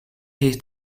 his